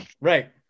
right